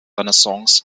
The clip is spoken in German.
renaissance